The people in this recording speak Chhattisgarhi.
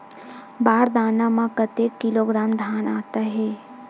बार दाना में कतेक किलोग्राम धान आता हे?